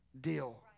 deal